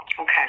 Okay